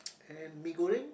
and Mee-goreng